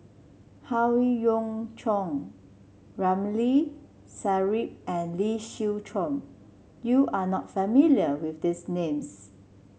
Howe Yoon Chong Ramli Sarip and Lee Siew Choh you are not familiar with these names